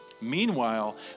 Meanwhile